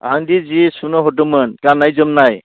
आंदि जि सुनो हरदोंमोन गान्नाय जोमनाय